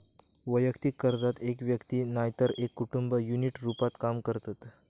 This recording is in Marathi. वैयक्तिक कर्जात एक व्यक्ती नायतर एक कुटुंब युनिट रूपात काम करतत